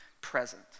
present